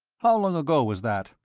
how long ago was that?